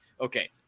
Okay